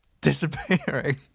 disappearing